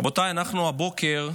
רבותיי, אנחנו הבוקר,